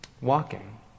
walking